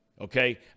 okay